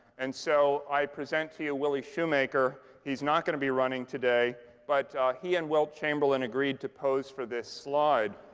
and so i present to you willie shoemaker. he's not going to be running today. but he and wilt chamberlain agreed to pose for this slide.